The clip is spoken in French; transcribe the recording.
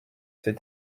ces